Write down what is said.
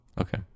okay